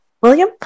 william